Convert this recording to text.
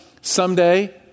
Someday